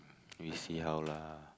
we see how lah